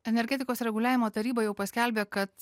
energetikos reguliavimo taryba jau paskelbė kad